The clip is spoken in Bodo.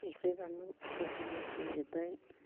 संख्रि बानलु मस्ला मस्लि होजोब्बाय